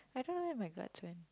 I don't know where my guts when